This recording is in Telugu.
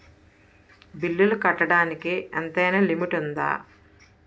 బిల్లులు కట్టడానికి ఎంతైనా లిమిట్ఉందా?